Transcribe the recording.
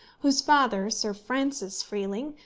whose father, sir francis freeling,